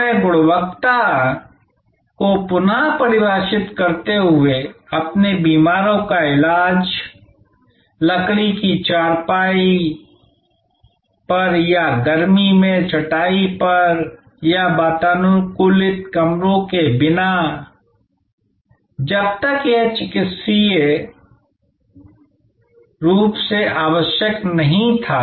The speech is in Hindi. उन्होंने गुणवत्ता को पुनः परिभाषित करते हुए अपने बीमारों का इलाज लकड़ी की चारपाई पर या गर्मी में चटाई पर या वातानुकूलित कमरों के बिना कियाजब तक यह चिकित्सकीय रूप से आवश्यक नहीं था